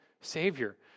Savior